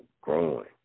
growing